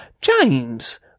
James